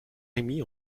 rémy